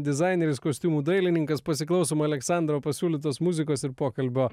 dizaineris kostiumų dailininkas pasiklausom aleksandro pasiūlytos muzikos ir pokalbio